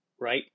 right